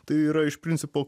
tai yra iš principo